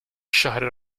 الشهر